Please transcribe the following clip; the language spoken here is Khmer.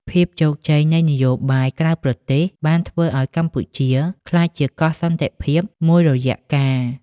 ភាពជោគជ័យនៃនយោបាយក្រៅប្រទេសបានធ្វើឱ្យកម្ពុជាក្លាយជា "កោះសន្តិភាព" មួយរយៈកាល។